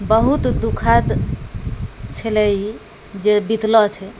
बहुत दुखद छलै ई जे बितलऽ छै